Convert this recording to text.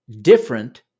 different